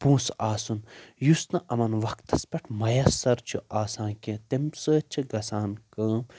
پونسہٕ آسُن یُس نہٕ یِمَن وقتس پٮ۪ٹھ مۄیثر چھُ آسان کینہہ تمہِ سۭتۍ چھِ گژھان کٲم